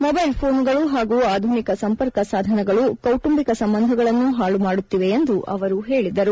mobile ಫೋನುಗಳು ಹಾಗೂ ಆಧುನಿಕ ಸಂಪರ್ಕ ಸಾಧನಗಳು ಕೌಟುಂಬಿಕ ಸಂಬಂಧಗಳನ್ನೂ ಹಾಳುಮಾಡುತ್ತಿವೆ ಎಂದು ಅವರು ಹೇಳಿದರು